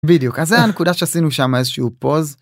בדיוק, אז זו הנקודה שעשינו שם איזשהו פאוז.